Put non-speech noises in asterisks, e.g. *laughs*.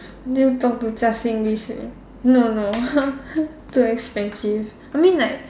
did you talk to Justin this year no no *laughs* too expensive I mean like